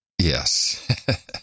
Yes